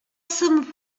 some